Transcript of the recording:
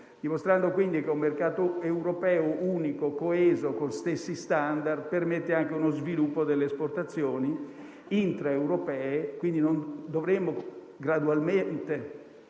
dimostrando quindi che un mercato europeo unico, coeso e con stessi *standard*, permette anche uno sviluppo delle esportazioni intraeuropee. Pertanto, dovremmo gradualmente